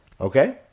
Okay